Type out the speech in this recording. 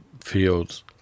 Fields